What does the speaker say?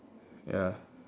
ya